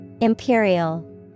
Imperial